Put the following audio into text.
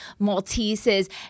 Malteses